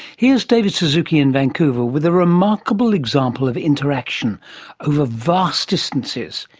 here's david suzuki in vancouver with a remarkable example of interaction over vast distances,